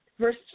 Verse